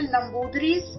Nambudris